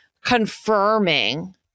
confirming